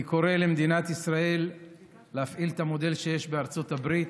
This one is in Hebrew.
אני קורא למדינת ישראל להפעיל את המודל שיש בארצות הברית